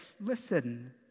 Listen